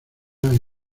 había